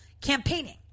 campaigning